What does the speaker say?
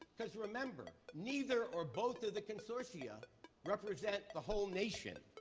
because remember, neither or both of the consortia represent the whole nation.